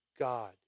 God